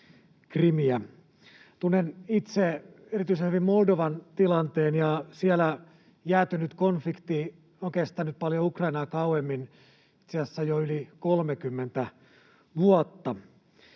Tunnen itse erityisen hyvin Moldovan tilanteen, ja siellä jäätynyt konflikti on kestänyt paljon Ukrainaa kauemmin, itse asiassa jo yli 30 vuotta.